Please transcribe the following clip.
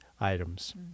items